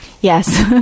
Yes